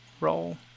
roll